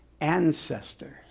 ancestors